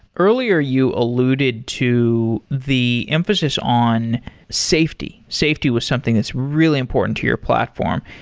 earlier you alluded to the emphasis on safety. safety was something that's really important to your platform.